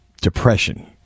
Depression